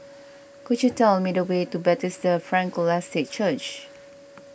could you tell me the way to Bethesda Frankel Estate Church